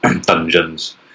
dungeons